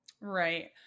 Right